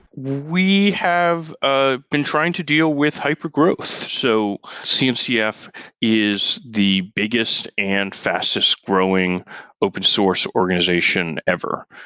we have ah been trying to deal with hyper growth. so cncf is the biggest and fastest growing open source organization ever.